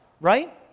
right